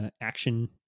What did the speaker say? action